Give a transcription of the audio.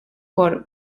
por